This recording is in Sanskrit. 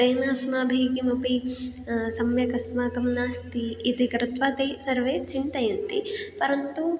तेन अस्माभिः किमपि सम्यक् अस्माकं नास्ति इति कृत्वा ते सर्वे चिन्तयन्ति परन्तु